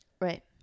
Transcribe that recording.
Right